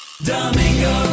Domingo